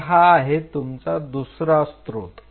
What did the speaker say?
तर हा आहे तुमचा दुसरा स्त्रोत